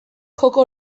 joko